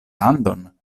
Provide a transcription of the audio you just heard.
landon